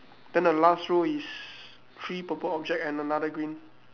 then the last row is three purple object and another green